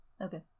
Okay